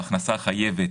והכנסה חייבת,